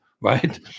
Right